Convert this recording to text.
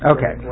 Okay